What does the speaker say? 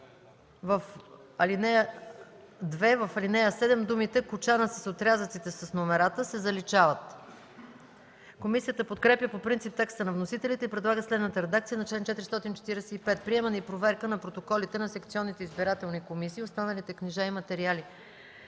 ... 2. В ал. 7 думите „кочана с отрязъците с номерата” се заличават.” Комисията подкрепя по принцип текста на вносителите и предлага следната редакция на чл. 445: „Приемане и проверка на протоколите на секционните избирателни комисии и останалите книжа и материали